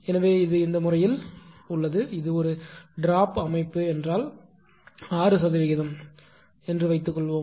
எனவே இது இந்த முறையில் உள்ளது இது ஒரு ட்ரோப் அமைப்பு என்றால் 6 சதவிகிதம் சரியானது என்று வைத்துக்கொள்வோம்